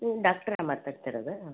ಡಾಕ್ಟ್ರ ಮಾತಾಡ್ತಾಯಿರೋದು